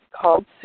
called